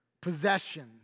possessions